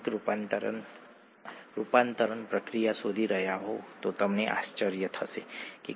જો કે જો તમને કેટલીક વિગતો જાણવામાં રસ હોય તો આ વિડિઓઝ જોવામાં મદદરૂપ થઈ શકે છે